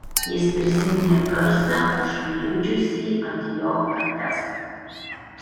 jis prisiminė garsą užpjudžiusį ant jo kates